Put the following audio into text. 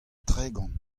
tregont